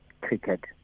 cricket